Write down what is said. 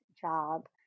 job